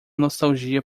nostalgia